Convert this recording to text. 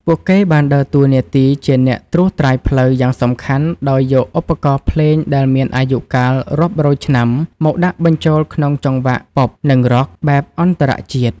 ពួកគេបានដើរតួនាទីជាអ្នកត្រួសត្រាយផ្លូវយ៉ាងសំខាន់ ដោយយកឧបករណ៍ភ្លេងដែលមានអាយុកាលរាប់រយឆ្នាំមកដាក់បញ្ចូលក្នុងចង្វាក់ ប៉ុប(Pop) និង រ៉ក់(Rock) បែបអន្តរជាតិ។